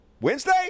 Wednesday